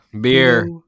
Beer